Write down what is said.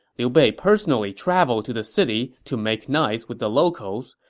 liu bei personally traveled to the city to make nice with the locals.